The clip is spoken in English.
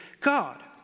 God